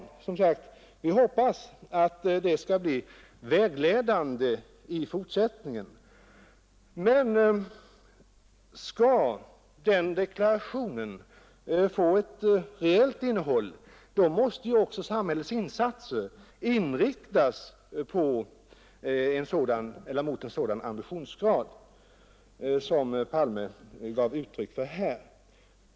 Vi hoppas att vad herr Palme då sade skall bli vägledande i fortsättningen. Men skall den deklarationen få ett reellt innehåll, måste samhällets insatser inriktas mot en sådan ambitionsgrad som herr Palme här gav uttryck för.